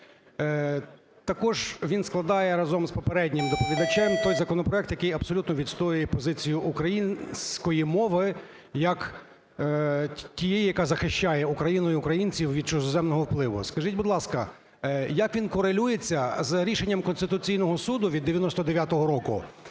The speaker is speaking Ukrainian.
Також він складає разом з попереднім доповідачем той законопроект, який абсолютно відстоює позицію української мови як тієї, яка захищає Україну і українців від чужоземного впливу. Скажіть, будь ласка, як він корелюється з рішенням Конституційного Суду від 1999 року